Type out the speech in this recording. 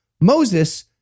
Moses